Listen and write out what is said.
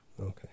Okay